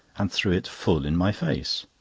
and threw it full in my face.